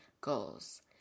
goals